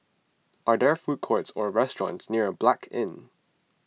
are there food courts or restaurants near Blanc Inn